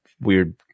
weird